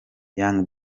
young